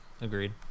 Agreed